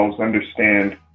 understand